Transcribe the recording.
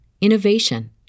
innovation